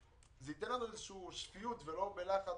זה ייתן לנו שפיות ולא נידרש לפעול בלחץ.